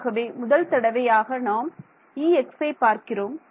ஆகவே முதல்தடவையாக நாம் Exஐ பார்க்கிறோம்